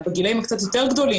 בגילאים הקצת יותר גדולים,